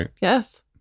Yes